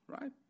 Right